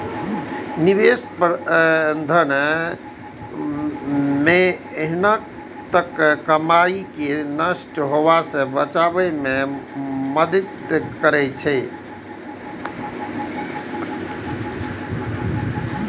निवेश प्रबंधन मेहनतक कमाई कें नष्ट होइ सं बचबै मे मदति करै छै